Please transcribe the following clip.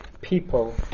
people